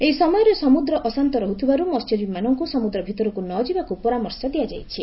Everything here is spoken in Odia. ଏହି ସମୟରେ ସମୁଦ୍ର ଅଶାନ୍ତ ରହୁଥିବାରୁ ମହ୍ୟଜୀବୀମାନଙ୍କୁ ସମୁଦ୍ର ଭିତରକୁ ନ ଯିବାକୁ ପରାମର୍ଶ ଦିଆଯାଇଛି